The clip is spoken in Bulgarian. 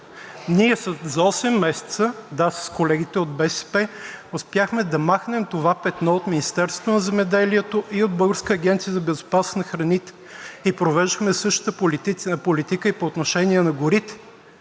Ние за осем месеца, да – с колегите от БСП, успяхме да махнем това петно от Министерството на земеделието и от Българската агенция за безопасност на храните и провеждахме същата политика и по отношение на горите.